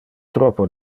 troppo